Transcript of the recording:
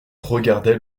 regardait